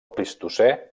plistocè